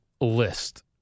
list